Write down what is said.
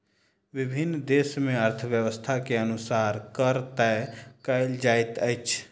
विभिन्न देस मे अर्थव्यवस्था के अनुसार कर तय कयल जाइत अछि